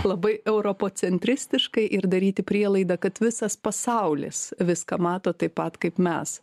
labai europocentristiškai ir daryti prielaidą kad visas pasaulis viską mato taip pat kaip mes